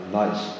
nice